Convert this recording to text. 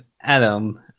Adam